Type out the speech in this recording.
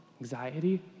anxiety